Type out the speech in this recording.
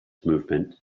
movement